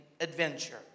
adventure